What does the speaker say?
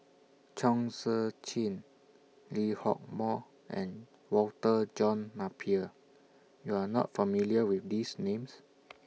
Chong Tze Chien Lee Hock Moh and Walter John Napier YOU Are not familiar with These Names